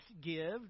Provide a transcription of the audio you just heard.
give